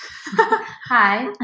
Hi